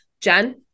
Jen